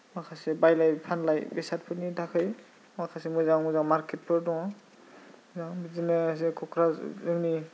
माखासे बायलाय फानलाय बेसादफोरनि थाखै माखासे मोजां मोजां मार्केटफोर दङ बे बिदिनो जे क'क्राझार जोंनि